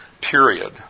period